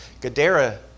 Gadara